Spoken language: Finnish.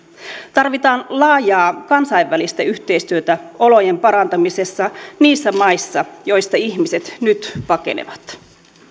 tarvitaan laajaa kansainvälistä yhteistyötä olojen parantamisessa niissä maissa joista ihmiset nyt pakenevat